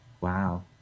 Wow